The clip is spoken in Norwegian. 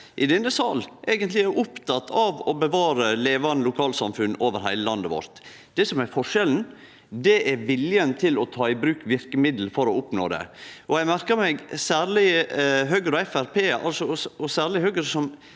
i denne salen er genuint opptekne av å bevare levande lokalsamfunn over heile landet vårt. Det som er forskjellen, er viljen til å ta i bruk verkemiddel for å oppnå det. Eg merka meg at Høgre og